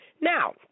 Now—